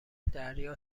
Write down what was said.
دریا